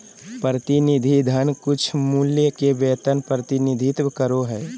प्रतिनिधि धन कुछमूल्य के वेतन प्रतिनिधित्व करो हइ